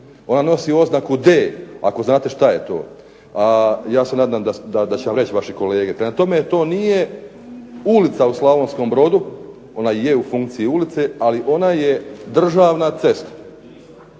Ona nosi oznaku D ako znate što je to. A ja se nadam da će vam reći vaše kolege. Prema tome, to nije ulica u Slavonskom Brodu, ona je u funkciji ulice, ali ona je državna cesta.